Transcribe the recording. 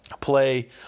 play